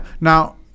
Now